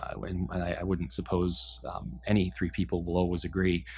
i wouldn't i wouldn't suppose any three people will always agree.